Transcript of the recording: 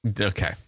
Okay